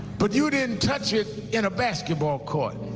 but you didn't touch it in a basketball court,